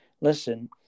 listen